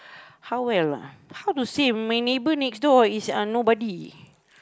how well ah how to say my neighbour next door is uh nobody